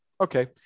Okay